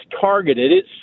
targeted